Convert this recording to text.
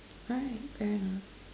alright fair enough